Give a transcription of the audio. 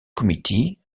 committee